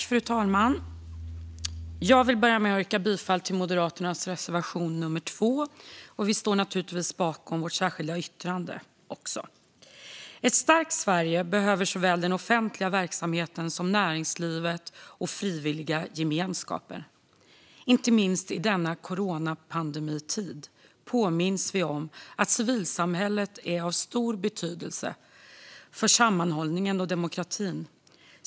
Fru talman! Jag vill börja med att yrka bifall till Moderaternas reservation nr 2. Vi står naturligtvis bakom även vårt särskilda yttrande. Ett starkt Sverige behöver såväl den offentliga verksamheten som näringslivet och frivilliga gemenskaper. Inte minst i denna tid med coronapandemin påminns vi om att civilsamhället är av stor betydelse för sammanhållningen och demokratin.